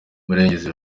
murengezi